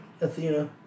Athena